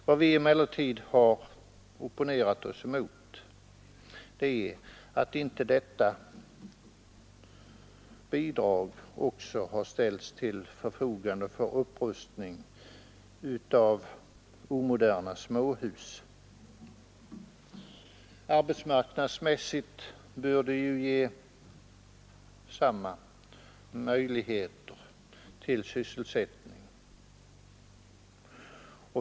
Vad vi emellertid har opponerat oss mot är att inte detta bidrag också ställts till förfogande för upprustning av omoderna småhus. Arbetsmarknadsmässigt bör det ju ge samma sysselsättning.